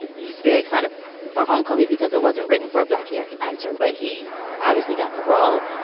he's very excited for homecoming because it wasn't written for a black yeah actor but he obviously got the role.